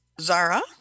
Zara